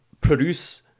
produce